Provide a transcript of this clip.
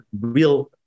real